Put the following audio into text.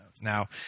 Now